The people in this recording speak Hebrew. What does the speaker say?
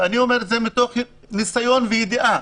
ואני אומר את זה מתוך ניסיון וידיעה